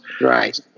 Right